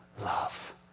love